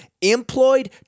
employed